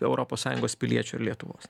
europos sąjungos piliečių ir lietuvos